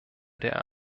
der